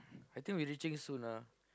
I think we reaching soon lah